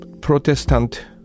protestant